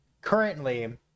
currently